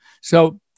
So-